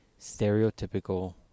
stereotypical